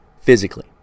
physically